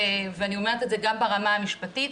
ואני אומרת את זה גם ברמה המשפטית,